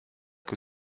que